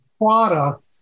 product